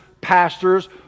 pastors